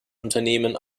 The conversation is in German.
unternehmen